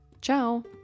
Ciao